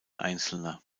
einzelner